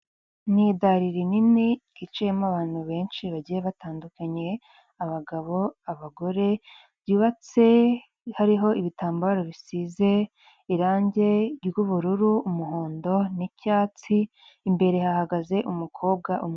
Ni dari rinini ryiciyemo abantu benshi bagiye batandukaniye, abagabo, abagore, byubatse hariho ibitambaro bisize irangi ry'ubururu, umuhondo n'icyatsi, imbere hahagaze umukobwa umwe.